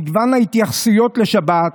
מגוון ההתייחסויות לשבת,